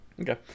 Okay